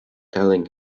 telling